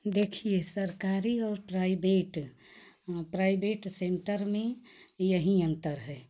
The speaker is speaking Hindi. देखिए सरकारी और प्राइबेट प्राइबेट सेंटर में यही अंतर है